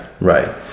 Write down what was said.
right